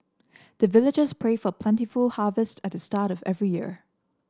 the villagers pray for plentiful harvest at the start of every year